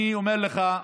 אני אומר לך,